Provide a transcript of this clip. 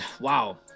wow